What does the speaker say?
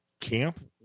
camp